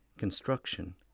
construction